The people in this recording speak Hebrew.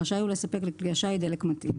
רשאי הוא לספק לכלי השיט דלק מתאים.